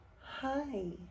Hi